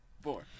four